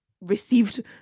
received